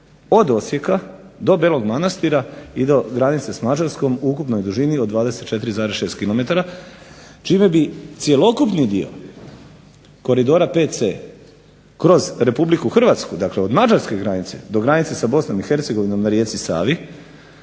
od Osijeka do Belog Manastira i granice s Mađarskom u ukupnoj dužini od 24,6 km, čime bi cjelokupni dio koridora VC kroz Republiku Hrvatsku dakle od Mađarske granice do granice sa Bosnom i Hercegovinom na rijeci Savi,